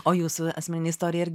o jūsų asmeninė istorija ir